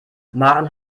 maren